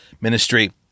ministry